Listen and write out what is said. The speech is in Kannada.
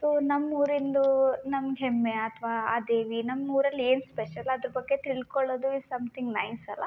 ಸೊ ನಮ್ಮೂರಿಂದೂ ನಮ್ಗೆ ಹೆಮ್ಮೆ ಅಥವಾ ಆ ದೇವಿ ನಮ್ಮೂರಲ್ಲಿ ಏನು ಸ್ಪೆಷಲ್ ಅದ್ರ ಬಗ್ಗೆ ತಿಳ್ಕೊಳೋದು ಈಸ್ ಸಮ್ಥಿಂಗ್ ನೈಸ್ ಅಲ್ಲಾ